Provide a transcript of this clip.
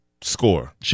score